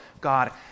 God